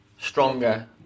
stronger